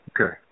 Okay